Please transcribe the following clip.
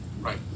Right